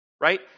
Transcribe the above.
right